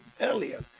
earlier